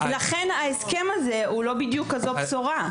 לכן ההסכם הזה הוא לא בדיוק כזו בשורה.